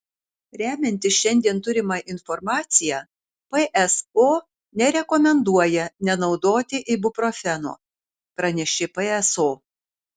remiantis šiandien turima informacija pso nerekomenduoja nenaudoti ibuprofeno pranešė pso